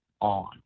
on